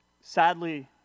sadly